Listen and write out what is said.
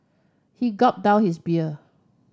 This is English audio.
he gulped down his beer